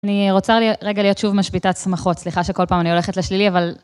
אני רוצה רגע להיות שוב משביתת סמכות, סליחה שכל פעם אני הולכת לשלילי, אבל...